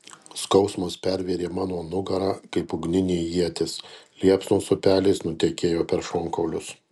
skausmas pervėrė mano nugarą kaip ugninė ietis liepsnos upeliais nutekėjo per šonkaulius